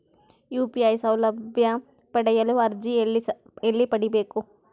UPI ಸೌಲಭ್ಯ ಪಡೆಯಲು ಅರ್ಜಿ ಎಲ್ಲಿ ಪಡಿಬೇಕು?